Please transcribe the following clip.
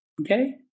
okay